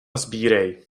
sbírej